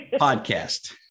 podcast